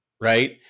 right